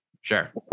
Sure